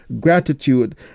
gratitude